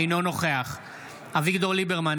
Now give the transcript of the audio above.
אינו נוכח אביגדור ליברמן,